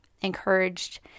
encouraged